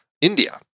India